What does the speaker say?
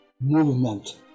movement